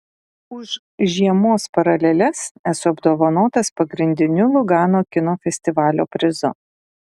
už žiemos paraleles esu apdovanotas pagrindiniu lugano kino festivalio prizu